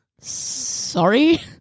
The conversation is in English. Sorry